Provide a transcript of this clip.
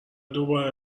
دوباره